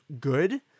good